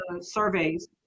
surveys